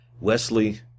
Wesley